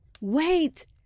Wait